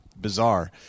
bizarre